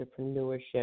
entrepreneurship